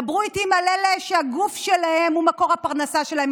דברו איתי על אלה שהגוף שלהן הוא מקור הפרנסה שלהן,